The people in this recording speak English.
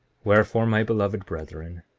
wherefore, my beloved brethren,